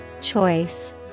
Choice